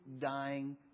dying